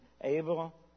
able